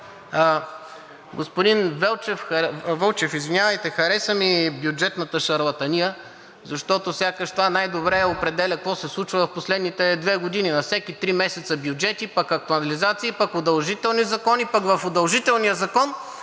Господин Вълчев, хареса ми бюджетната шарлатания, защото сякаш това най-добре определя какво се случва в последните две години – на всеки три месеца бюджети, пък актуализации, пък удължителни закони, пък в удължителния закон